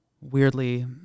Weirdly